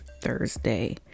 Thursday